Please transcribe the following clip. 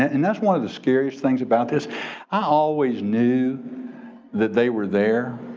and that's one of the scariest things about this. i always knew that they were there.